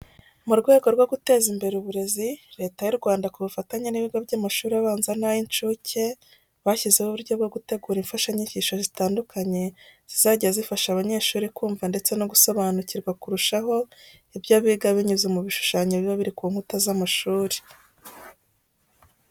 Mu rwego rwo guteza imbere uburezi, Leta y'u Rwanda ku bufatanye n'ibigo by'amashuri abanza n'ay'incuke, bashyizeho uburyo bwo gutegura imfashanyigisho zitandukanye zizajya zifasha abanyeshuri kumva ndetse no gusobanukirwa kurushaho ibyo biga binyuze mu bishushanyo biba biri ku nkuta z'amashuri.